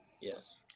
Yes